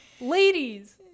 ladies